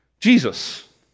Jesus